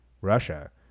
Russia